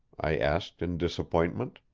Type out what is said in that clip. i asked in disappointment.